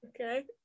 okay